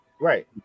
Right